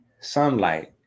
sunlight